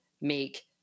make